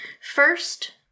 First